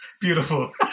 Beautiful